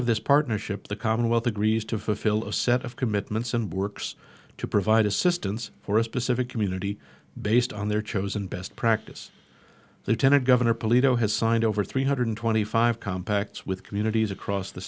of this partnership the commonwealth agrees to fulfil a set of commitments and works to provide assistance for a specific community based on their chosen best practice lieutenant governor police who has signed over three hundred twenty five compacts with communities across the